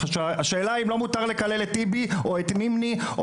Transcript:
השאלה אם לא מותר לקלל את טיבי או את נימני,